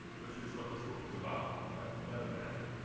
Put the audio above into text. which is what this book is about, net net of magic.